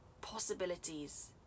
possibilities